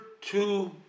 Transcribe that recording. two